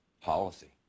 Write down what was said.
policy